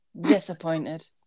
Disappointed